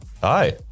Hi